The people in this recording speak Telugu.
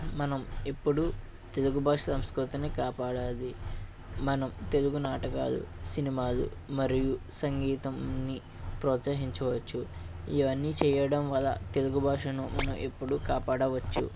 మనం ఎప్పుడూ తెలుగు భాష సంస్కృతిని కాపాడాలి మనం తెలుగు నాటకాలు సినిమాలు మరియు సంగీతాన్ని ప్రోత్సహించవచ్చు ఇవన్నీ చేయడం వల్ల తెలుగు భాషను ఎప్పుడు కాపాడవచ్చు